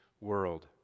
world